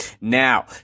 Now